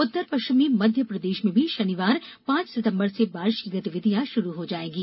उत्तर पश्चिमी मध्य प्रदेश में भी शनिवार पांच सितम्बर से बारिश की गतिविधियां शुरू हो जाएंगी